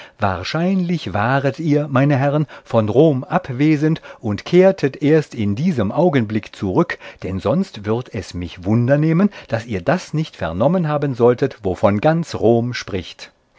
wahrscheinlich waret ihr meine herren von rom abwesend und kehrtet erst in diesem augenblick zurück denn sonst würd es mich wundernehmen daß ihr das nicht vernommen haben solltet wovon ganz rom spricht